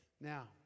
Now